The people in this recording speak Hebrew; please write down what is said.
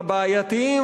הבעייתיים,